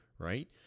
Right